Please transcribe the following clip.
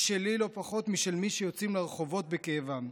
היא שלי לא פחות משל מי שיוצאים לרחובות בכאבם.